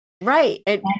Right